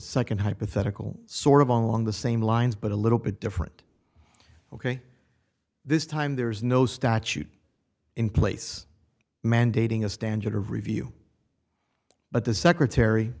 second hypothetical sort of along the same lines but a little bit different ok this time there is no statute in place mandating a standard of review but the secretary